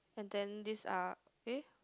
and then this are eh